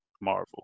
Marvel